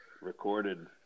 recorded